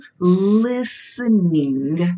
listening